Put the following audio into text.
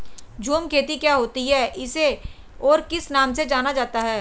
झूम खेती क्या होती है इसे और किस नाम से जाना जाता है?